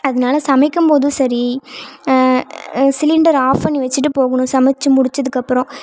அதனால் சமைக்கம் போதும் சரி சிலிண்டர் ஆஃப் பண்ணி வச்சுட்டு போகணும் சமைச்சு முடிச்சதுக்கப்புறம்